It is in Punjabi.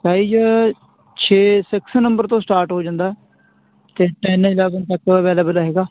ਸਾਈਜ਼ ਛੇ ਸਿਕਸ ਨੰਬਰ ਤੋਂ ਸਟਾਰਟ ਹੋ ਜਾਂਦਾ ਹੈ ਅਤੇ ਟੈੱਨ ਇਲੈਵਨ ਤੱਕ ਅਵੇਲਬਲ ਰਹੇਗਾ